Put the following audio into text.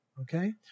Okay